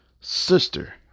sister